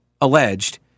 alleged